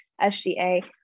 SGA